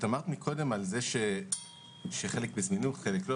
אמרת קודם שחלק --- חלק לא,